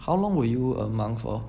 how long were you a monk for